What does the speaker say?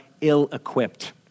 ill-equipped